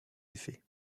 effet